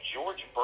George